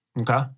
Okay